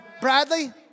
Bradley